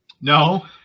No